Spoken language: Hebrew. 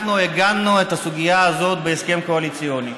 אנחנו עיגנו את הסוגיה הזאת בהסכם קואליציוני,